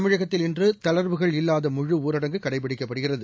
தமிழகத்தில் இன்று தளர்வுகள் இல்லாத முழு ஊரடங்கு கடைபிடிக்கப்படுகிறது